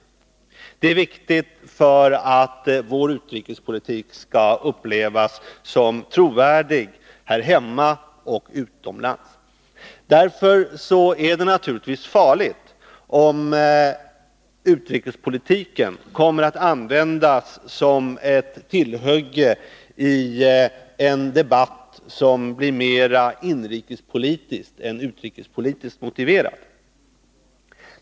Detta är viktigt för att vår utrikespolitik skall upplevas som trovärdig här hemma och utomlands. Därför är det naturligtvis farligt om utrikespolitiken kommer att användas som ett tillhygge i en debatt som blir mer inrikespolitiskt än utrikespolitiskt motiverad.